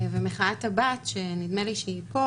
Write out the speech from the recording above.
ומחאת הבת שנדמה לי שהיא פה